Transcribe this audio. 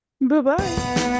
Bye-bye